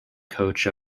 coach